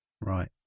Right